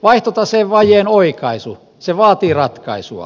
vaihtotaseen vajeen oikaisu se vaatii ratkaisua